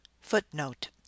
Footnote